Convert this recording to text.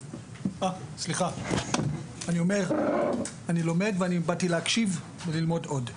ואני באתי להקשיב וללמוד עוד.